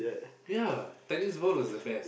ya tennis ball was the best